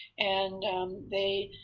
and they